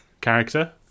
character